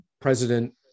President